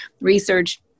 research